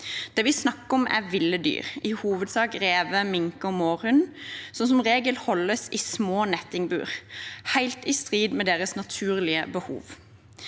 vi snakker om, er ville dyr, i hovedsak rever, minker og mårhunder, som – som regel – holdes i små nettingbur, helt i strid med deres naturlige behov.